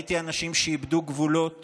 ראיתי אנשים שאיבדו גבולות